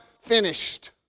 finished